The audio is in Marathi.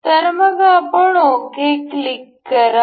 तर मग आपण ओके क्लिक करा